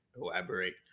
elaborate